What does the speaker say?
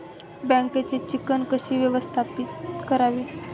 बँकेची चिकण कशी व्यवस्थापित करावी?